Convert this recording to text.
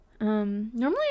Normally